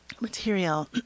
material